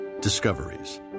Discoveries